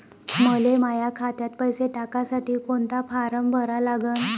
मले माह्या खात्यात पैसे टाकासाठी कोंता फारम भरा लागन?